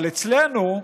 אבל אצלנו,